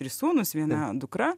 ir sūnūs viena dukra